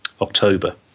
October